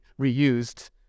reused